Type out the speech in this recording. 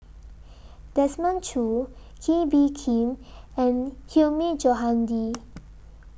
Desmond Choo Kee Bee Khim and Hilmi Johandi